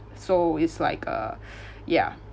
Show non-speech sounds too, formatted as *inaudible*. so it's like uh *breath* ya